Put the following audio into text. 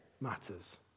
matters